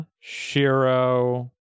Shiro